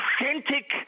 authentic